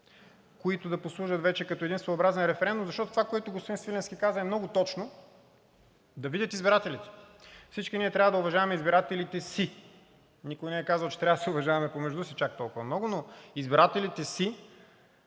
които да послужат вече като един своеобразен референдум. Защото това, което господин Свиленски каза, е много точно – да видят избирателите. Всички ние трябва да уважаваме избирателите си. Никой не е казал, че трябва да се уважаваме помежду си чак толкова много, но избирателите си